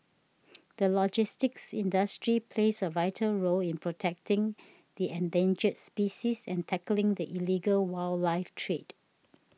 the logistics industry plays a vital role in protecting the endangered species and tackling the illegal wildlife trade